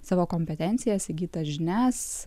savo kompetencijas įgytas žinias